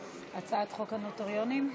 הצעת חוק הנוטריונים (תיקון,